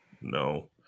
No